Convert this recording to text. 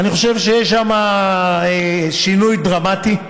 אני חושב שיש שם שינוי דרמטי.